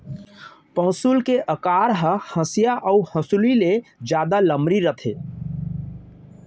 पौंसुल के अकार ह हँसिया अउ हँसुली ले जादा लमरी रथे